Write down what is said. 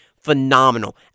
phenomenal